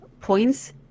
points